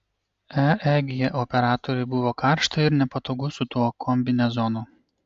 eeg operatoriui buvo karšta ir nepatogu su tuo kombinezonu